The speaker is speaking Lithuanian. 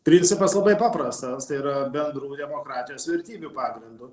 principas labai paprastas tai yra bendrų demokratijos vertybių pagrindu